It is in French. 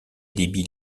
débits